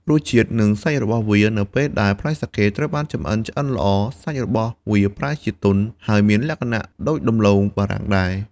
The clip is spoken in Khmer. រសជាតិ និងសាច់របស់វា នៅពេលដែលផ្លែសាកេត្រូវបានចម្អិនឆ្អិនល្អ សាច់របស់វាប្រែជាទន់ ហើយមានលក្ខណៈដូចដំឡូងបារាំងដែរ។